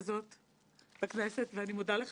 יואב, אתה לא צריך לשפשף את העין, נשיג לך טישו...